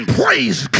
praise